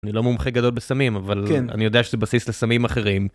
אני לא מומחה גדול בסמים, אבל אני יודע שזה בסיס לסמים אחרים.